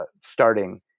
starting